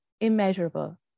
immeasurable